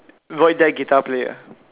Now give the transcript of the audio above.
void deck guitar player